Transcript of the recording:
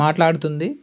మాట్లాడుతుంది